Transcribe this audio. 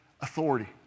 authority